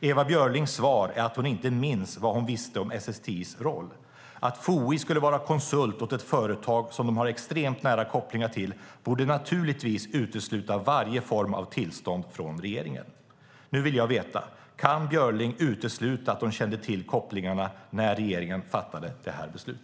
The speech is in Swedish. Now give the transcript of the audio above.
Ewa Björlings svar är att hon inte minns vad hon visste om SSTI:s roll. Att FOI skulle vara konsult åt ett företag som de har extremt nära kopplingar till borde naturligtvis utesluta varje form av tillstånd från regeringen. Nu vill jag veta: Kan Björling utesluta att hon kände till kopplingarna när regeringen fattade detta beslut?